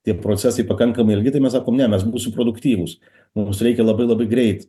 tie procesai pakankamai ilgi tai mes sakom ne mes būsim produktyvūs mums reikia labai labai greit